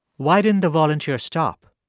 why didn't the volunteer stop?